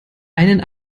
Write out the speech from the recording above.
einen